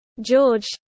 George